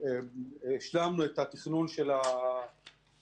השלמנו את התכנון של הקרקע,